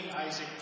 Isaac